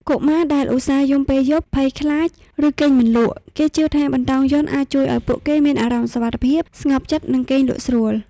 កុមារដែលឧស្សាហ៍យំពេលយប់ ភ័យខ្លាច ឬគេងមិនលក់ គេជឿថាបន្តោងយ័ន្តអាចជួយឱ្យពួកគេមានអារម្មណ៍សុវត្ថិភាព ស្ងប់ចិត្ត និងគេងលក់ស្រួល។